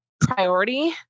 priority